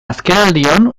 azkenaldion